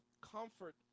comfort